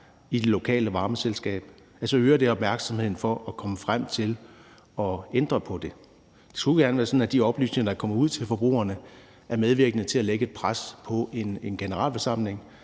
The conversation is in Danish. i det lokale varmeselskab, øger det opmærksomheden på at komme frem til at ændre på det. Det skulle gerne være sådan, at de oplysninger, der kommer ud til forbrugerne, er medvirkende til at lægge et pres på en generalforsamling,